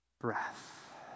Breath